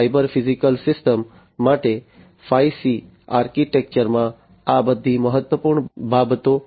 cyber physical systems માટે 5C આર્કિટેક્ચરમાં આ બધી મહત્વપૂર્ણ બાબતો છે